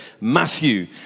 Matthew